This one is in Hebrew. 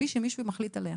בלי שמישהו מחליט עליה,